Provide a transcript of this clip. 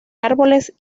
árboles